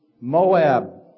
Moab